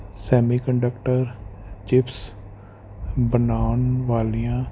semi conductor chips ਬਣਾਉਣ ਵਾਲੀਆਂ